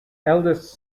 eldest